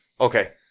Okay